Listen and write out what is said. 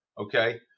Okay